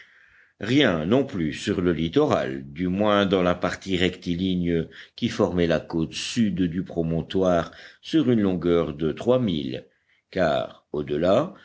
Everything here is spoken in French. rien non plus sur le littoral du moins dans la partie rectiligne qui formait la côte sud du promontoire sur une longueur de trois milles car